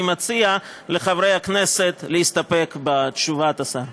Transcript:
אני מציע לחברי הכנסת להסתפק בתשובת השר.